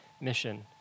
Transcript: mission